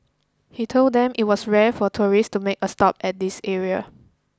he told them it was rare for tourists to make a stop at this area